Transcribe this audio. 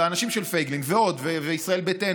האנשים של פייגלין וישראל ביתנו,